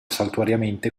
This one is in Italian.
saltuariamente